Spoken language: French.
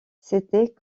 c’était